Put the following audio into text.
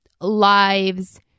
lives